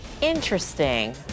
Interesting